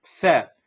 set